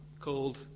called